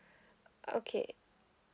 okay